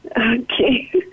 Okay